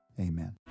amen